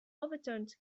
overturned